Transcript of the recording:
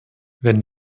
wenn